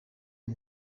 ari